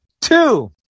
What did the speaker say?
Two